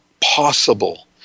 possible